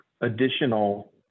additional